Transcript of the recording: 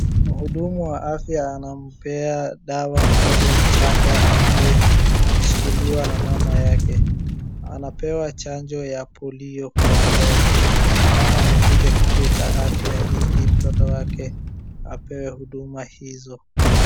Mhudumu wa afya anampea dawa mtoto mchanga aliyeshikiliwa na mama yake. Anapewa chanjo ya polio kwa mdomo. Mama amekuja kituo cha afya ili mtoto wake apewe huduma hizo.